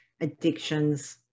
addictions